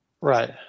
Right